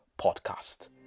Podcast